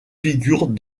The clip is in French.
figurent